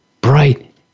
bright